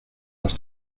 los